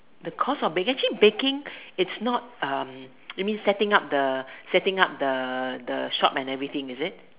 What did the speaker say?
the cost of baking actually baking is not um you mean setting up the setting up the the shop and everything is it